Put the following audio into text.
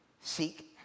Seek